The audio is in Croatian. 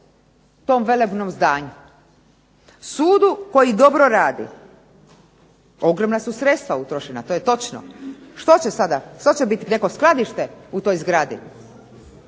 tom velebnom zdanju, sudu koji dobro radi. Ogromna su sredstva utrošena to je točno. Što će sada, što će biti neko skladište u toj zgradi?